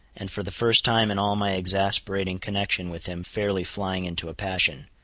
and for the first time in all my exasperating connection with him fairly flying into a passion.